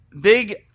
Big